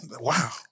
Wow